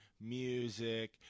music